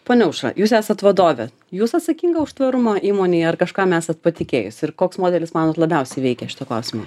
ponia aušra jūs esat vadovė jūs atsakinga už tvarumą įmonėj ar kažkam esat patikėjusi ir koks modelis manot labiausiai veikia šitą klausimą